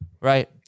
Right